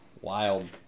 wild